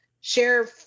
share